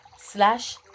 slash